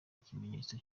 ikimenyetso